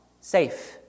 safe